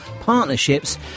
partnerships